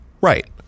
Right